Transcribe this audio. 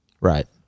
Right